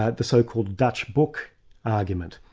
ah the so-called dutch book argument.